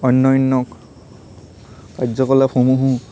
অন্যান্য কাৰ্যকলাপসমূহো